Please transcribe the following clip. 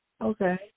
Okay